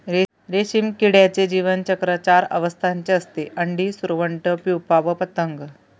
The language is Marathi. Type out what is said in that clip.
रेशीम किड्याचे जीवनचक्र चार अवस्थांचे असते, अंडी, सुरवंट, प्युपा व पतंग